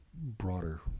broader